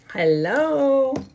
Hello